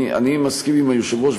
אני מסכים עם היושב-ראש.